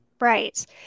Right